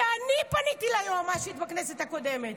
שאני פניתי ליועמ"שית בכנסת הקודמת,